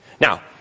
Now